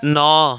ନଅ